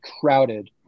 crowded